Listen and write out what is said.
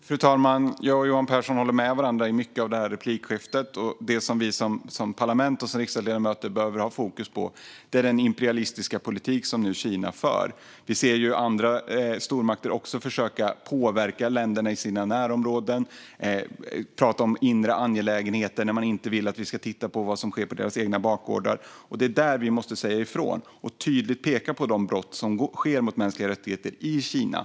Fru talman! Jag och Johan Pehrson håller med varandra om mycket i detta replikskifte. Det som vi som parlament och som riksdagsledamöter behöver ha fokus på är den imperialistiska politik som Kina nu för. Vi ser stormakter som försöker påverka länderna i sina närområden. Man pratar om inre angelägenheter när man inte vill att vi ska titta på vad som sker på deras egna bakgårdar. Det är där vi måste säga ifrån och tydligt peka på de brott som sker mot mänskliga rättigheter i Kina.